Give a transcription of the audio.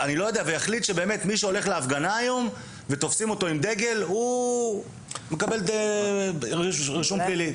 ושמי שהולך היום להפגנה ותופסים אותו עם דגל מקבל רישום פלילי.